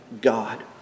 God